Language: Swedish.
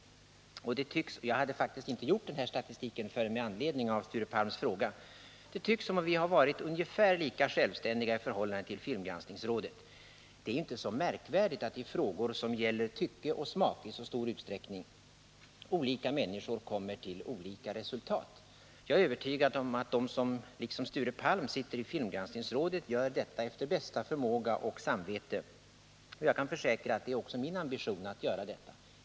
Statistiken gjordes faktiskt med anledning av Sture Palms interpellation. Det tycks som om vi har varit ungefär lika självständiga som den socialdemokratiska regeringen i förhållande till filmgranskningsrådet. I frågor som i stor utsträckning gäller tycke och smak är det inte så märkvärdigt att olika människor kommer till olika resultat. Jag är övertygad om att de som liksom Sture Palm sitter i filmgranskningsrådet sköter sina uppgifter efter bästa förmåga och samvete. Jag kan försäkra att detta också är min ambition.